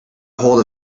ahold